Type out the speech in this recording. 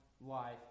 life